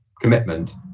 commitment